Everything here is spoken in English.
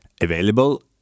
available